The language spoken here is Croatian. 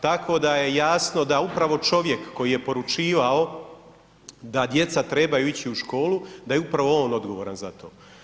Tako da je jasno da upravo čovjek koji je poručivao da djeca trebaju ići u školu da je upravo on odgovoran za to.